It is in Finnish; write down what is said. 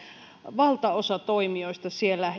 valtaosa toimijoista siellä